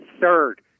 third